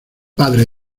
padre